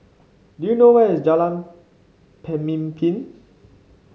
do you know where is Jalan Pemimpin